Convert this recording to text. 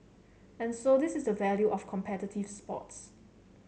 and so this is the value of competitive sports